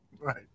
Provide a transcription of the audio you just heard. Right